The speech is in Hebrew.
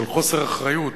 של חוסר אחריות,